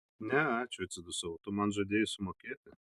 ne ačiū atsidusau tu man žadėjai sumokėti